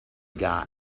got